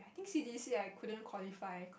I think C_D_C I couldn't qualify